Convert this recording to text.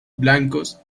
blancos